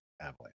Avalanche